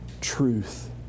truth